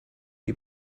die